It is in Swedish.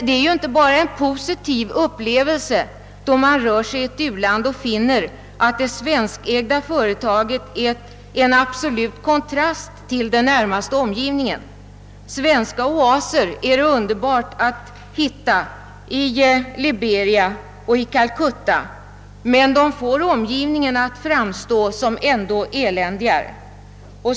Det är dock inte bara en positiv upplevelse att, då man rör sig i ett u-land, finna att det svenskägda företaget är en absolut kontrast till sitt grannskap. Svenska oaser är det underbart att hitta i Liberia och i Calcutta, men de får miljön i övrigt att framstå som ännu eländigare.